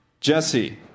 Jesse